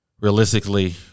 realistically